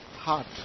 heart